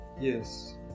yes